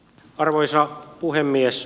arvoisa puhemies